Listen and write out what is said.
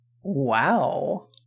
Wow